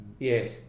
Yes